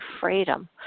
freedom